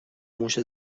موش